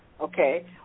okay